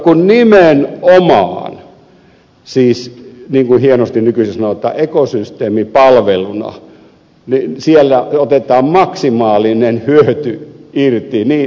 kun nimenomaan niin kuin hienosti nykyisin sanotaan ekosysteemipalveluna siellä otetaan maksimaalinen hyöty irti